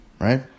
right